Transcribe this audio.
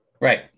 Right